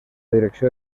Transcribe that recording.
direcció